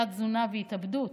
תת-תזונה והתאבדות,